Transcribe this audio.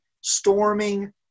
storming